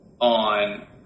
on